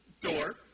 door